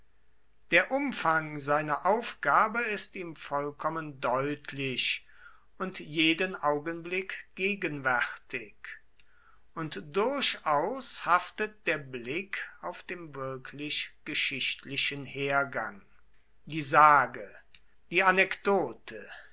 der umfang seiner aufgabe ist ihm vollkommen deutlich und jeden augenblick gegenwärtig und durchaus haftet der blick auf dem wirklich geschichtlichen hergang die sage die anekdote